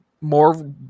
More